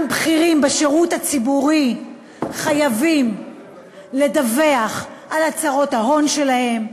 גם בכירים בשירות הציבורי חייבים לדווח על ההון שלהם,